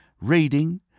reading